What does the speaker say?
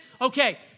okay